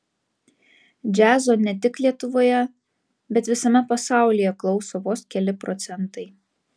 džiazo ne tik lietuvoje bet visame pasaulyje klauso vos keli procentai